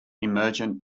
emergent